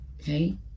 okay